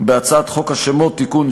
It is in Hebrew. בהצעת חוק השמות (תיקון,